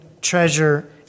treasure